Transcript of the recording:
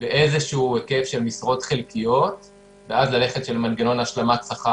באיזה שהוא היקף של משרות חלקיות ואז ללכת למנגנון השלמת שכר,